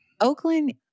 Oakland